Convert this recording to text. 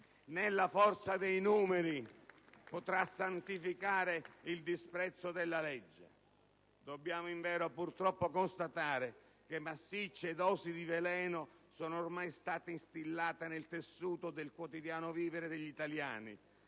né la forza dei numeri potrà santificare il disprezzo della legge. *(Applausi dal Gruppo IdV).* Dobbiamo invero purtroppo constatare che massicce dosi di veleno sono ormai state instillate nel tessuto del quotidiano vivere degli italiani,